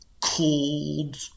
cold